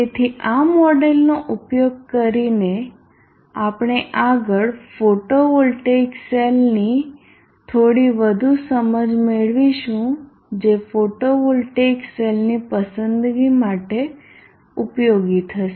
તેથી આ મોડેલનો ઉપયોગ કરીને આપણે આગળ ફોટોવોલ્ટેઇક સેલની થોડી વધુ સમજ મેળવીશું જે ફોટોવોલ્ટેઇક સેલની પસંદગી માટે ઉપયોગી થશે